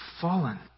fallen